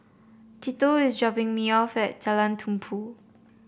Tito is dropping me off at Jalan Tumpu